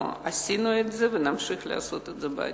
עשינו את זה ונמשיך לעשות את זה בעתיד.